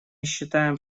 считаем